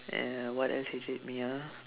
uh what else irritates me ah